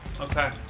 Okay